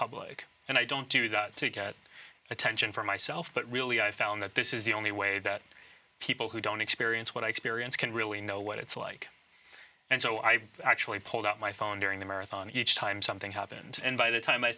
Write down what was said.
public and i don't do that to get attention for myself but really i found that this is the only way that people who don't experience what i experience can really know what it's like and so i actually pulled out my phone during the marathon each time something happened and by the time i